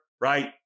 right